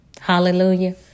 Hallelujah